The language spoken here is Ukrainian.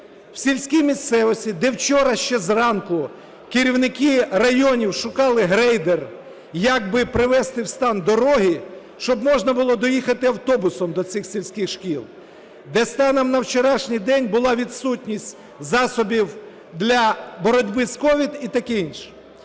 в сільській місцевості, де вчора ще зранку керівники районів шукали грейдер, як би привести в стан дороги, щоб можна було доїхати автобусами до цих сільських шкіл. Де станом на вчорашній день була відсутність засобів для боротьби з COVID і таке інше.